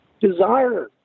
desire